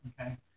Okay